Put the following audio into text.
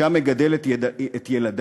שם מגדל את ילדי,